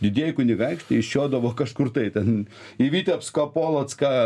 didieji kunigaikščiai išjodavo kažkur tai ten į vitebską polocką